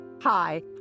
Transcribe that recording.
Hi